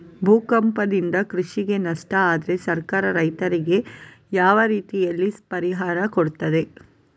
ಭೂಕಂಪದಿಂದ ಕೃಷಿಗೆ ನಷ್ಟ ಆದ್ರೆ ಸರ್ಕಾರ ರೈತರಿಗೆ ಯಾವ ರೀತಿಯಲ್ಲಿ ಪರಿಹಾರ ಕೊಡ್ತದೆ?